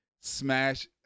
smash